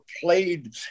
played